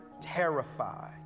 terrified